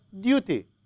duty